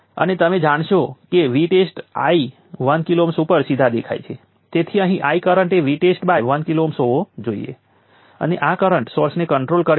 તેથી સારાંશ એ છે કે કેપેસિટર વોલ્ટેજ Vcઉપર એનર્જીને શોષી લે છે અને ત્યારે કેપેસિટરમાં વોલ્ટેજ Vcહોય છે